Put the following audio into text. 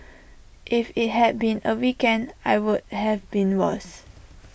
if IT had been A weekend I would have been worse